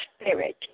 Spirit